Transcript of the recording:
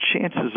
chances